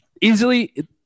easily